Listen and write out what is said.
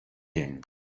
king